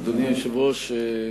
אדוני היושב-ראש,